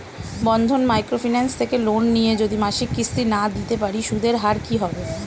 বন্ধন micro finance থেকে loan নিয়ে যদি মাসিক কিস্তি না দিতে পারি সুদের হার কি হবে?